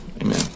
Amen